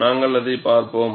நாங்கள் அதைப் பார்ப்போம்